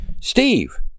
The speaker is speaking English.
Steve